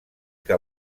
que